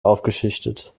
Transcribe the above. aufgeschichtet